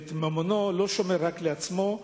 ואת ממונו לא שומר רק לעצמו,